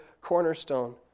cornerstone